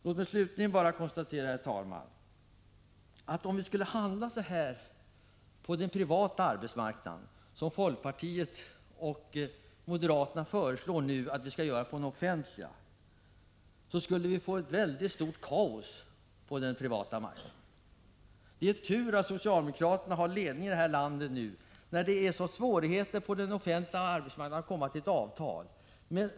Låt mig slutligen bara konstatera, herr talman, att om vi på den privata marknaden skulle handla så som folkpartiet och moderaterna föreslår att vi skall göra på den offentliga, skulle det leda till stort kaos på den privata marknaden. Det är tur att socialdemokraterna har ledningen i det här landet nu när det är så svårt att komma fram till avtal på den offentliga arbetsmarknaden.